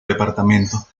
departamento